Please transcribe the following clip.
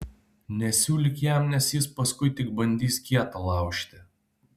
nesiūlyk jam nes jis paskui tik bandys kietą laužti